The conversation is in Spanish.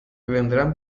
vendrán